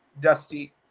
dusty